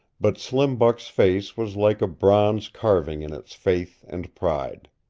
but slim buck's face was like a bronze carving in its faith and pride.